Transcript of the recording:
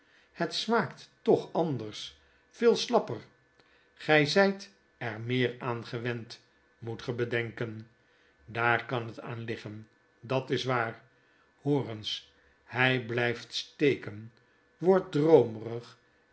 het smaakt toch anders yeel slapper gij zijt er meer aan gewend moet ge bedenken daar kan het aan liggen dat is waar hoor eens hij blijft steken wordt droomerig